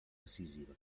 decisiva